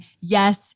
yes